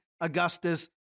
Augustus